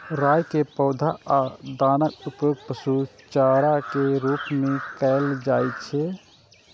राइ के पौधा आ दानाक उपयोग पशु चारा के रूप मे कैल जाइ छै